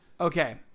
Okay